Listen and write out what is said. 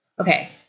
Okay